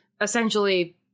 essentially